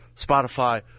spotify